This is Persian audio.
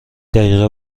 دقیقه